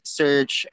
search